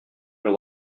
your